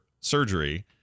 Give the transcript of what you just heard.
surgery